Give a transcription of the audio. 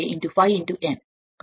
కాబట్టి ఇది స్థిరంగా ఉంటుంది